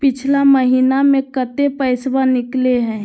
पिछला महिना मे कते पैसबा निकले हैं?